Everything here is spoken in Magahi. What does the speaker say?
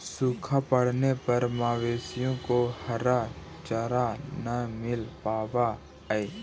सूखा पड़ने पर मवेशियों को हरा चारा न मिल पावा हई